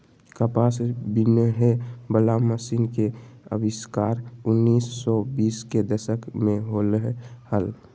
कपास बिनहे वला मशीन के आविष्कार उन्नीस सौ बीस के दशक में होलय हल